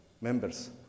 members